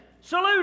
Salute